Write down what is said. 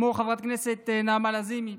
כמו חברת הכנסת נעמה לזימי,